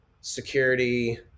security